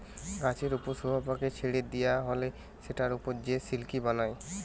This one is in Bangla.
গাছের উপর শুয়োপোকাকে ছেড়ে দিয়া হলে সেটার উপর সে সিল্ক বানায়